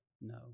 No